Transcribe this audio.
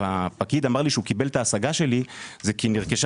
הפקיד אמר לי שהוא את ההשגה שלי כי נרכשה